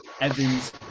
Evans